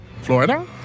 Florida